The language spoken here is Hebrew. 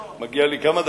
מגיעות לי כמה דקות.